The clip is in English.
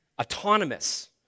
autonomous